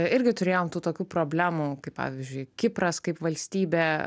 irgi turėjom tų tokių problemų kaip pavyzdžiui kipras kaip valstybė